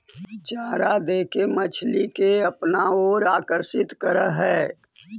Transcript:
चारा देके मछली के अपना औउर आकर्षित करऽ हई